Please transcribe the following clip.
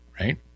right